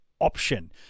option